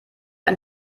ein